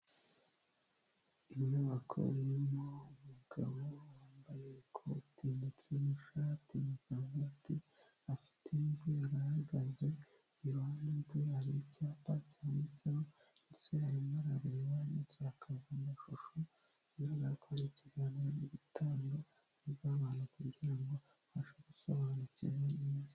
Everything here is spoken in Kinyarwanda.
Inyubako irimo umugabo wambaye ikoti ndetse n'ishati na karuvati, afite indangururamajwi, arahagaze. Iruhande rwe hari icyapa cyanditseho, ndetse arimo arareba n'insakazamashusho, bigaragara ko hari ikiganiro ari gutanga, ari guha abantu kugira ngo abashe gusobanukirwa neza.